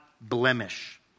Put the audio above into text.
blemish